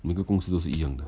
每个公司都是一样的